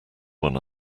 one